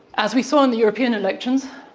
as we saw in the european elections,